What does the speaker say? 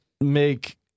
make